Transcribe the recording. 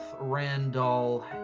Randall